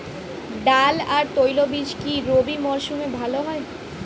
ডাল আর তৈলবীজ কি রবি মরশুমে ভালো হয়?